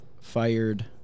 fired